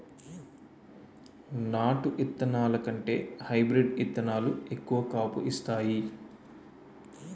నాటు ఇత్తనాల కంటే హైబ్రీడ్ ఇత్తనాలు ఎక్కువ కాపు ఇత్తాయి